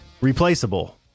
Replaceable